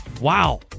Wow